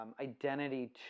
identity